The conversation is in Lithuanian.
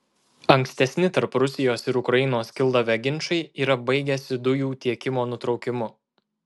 ankstesni tarp rusijos ir ukrainos kildavę ginčai yra baigęsi dujų tiekimo nutraukimu